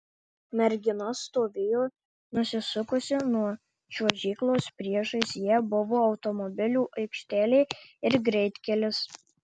mergina stovėjo nusisukusi nuo čiuožyklos priešais ją buvo automobilių aikštelė ir greitkelis